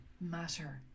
matter